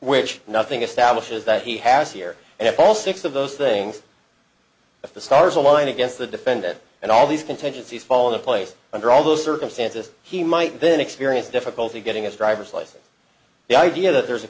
which nothing establishes that he has here and if all six of those things if the stars align against the defendant and all these contingencies fall into place under all those circumstances he might then experience difficulty getting a driver's license the idea that there's a